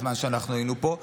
בזמן שאנחנו היינו פה,